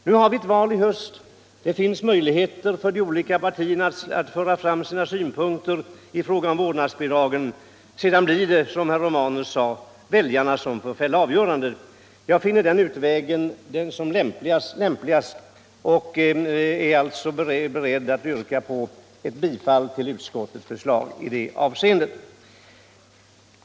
Nu har vi ett val i höst, och det finns möjligheter för de olika partierna att före det framföra sina synpunkter på vårdnadsbidraget. Sedan blir det, som herr Romanus sade, väljarna som får fälla avgörandet. Jag finner den utvägen vara den lämpligaste, och jag yrkar alltså bifall till utskottets hemställan i det avseendet.